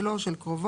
שלו או של קרובו,